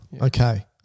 Okay